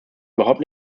überhaupt